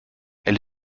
elle